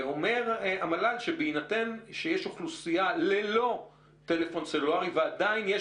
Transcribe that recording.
ואומר המל"ל שבהינתן שיש אוכלוסייה ללא טלפון סלולרי ועדיין יש